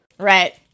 Right